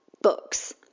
Books